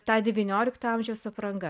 ta devyniolikto amžiaus apranga